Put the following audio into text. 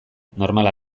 normala